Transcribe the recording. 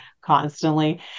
constantly